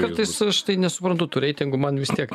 kartais aš nesuprantu tų reitingų man vis tiek